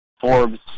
Forbes